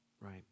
Right